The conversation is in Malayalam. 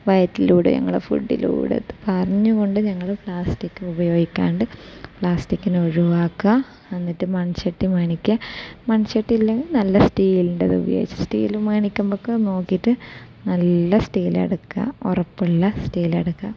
വയറ്റിലൂടെ ഞങ്ങള ഫുഡിലൂടെ അറിഞ്ഞു കൊണ്ട് ഞങ്ങൾ പ്ലാസ്റ്റിക് ഉപയോഗിക്കാണ്ട് പ്ലാസ്റ്റിക്കിനെ ഒഴിവാക്കുക എന്നിട്ട് മൺചട്ടി മേടിക്കുക മൺചട്ടി ഇല്ലെങ്കിൽ നല്ല സ്റ്റീലിൻ്റേത് ഉപയോഗി സ്റ്റീൽ മേണിക്കുമ്പോഴൊക്കെ നോക്കിയിട്ട് നല്ല സ്റ്റീൽ എടുക്കുക ഉറപ്പുള്ള സ്റ്റീൽ എടുക്കുക